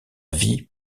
vie